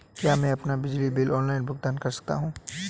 क्या मैं अपना बिजली बिल ऑनलाइन भुगतान कर सकता हूँ?